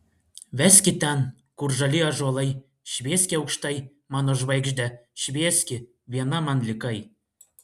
veski ten kur žali ąžuolai švieski aukštai mano žvaigžde švieski viena man likai